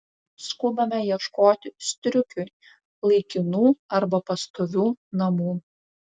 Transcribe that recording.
skubame ieškoti striukiui laikinų arba pastovių namų